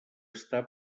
està